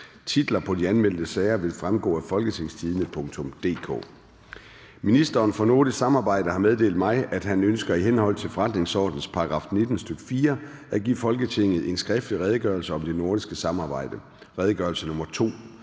Titlerne på de anmeldte sager vil fremgå af www.folketingstidende.dk (jf. ovenfor). Ministeren for nordisk samarbejde (Morten Dahlin) har meddelt mig, at han ønsker i henhold til forretningsordenens § 19, stk. 4, at give Folketinget en skriftlig Redegørelse om det nordiske samarbejde. (Redegørelse nr. R